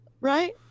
Right